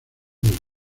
del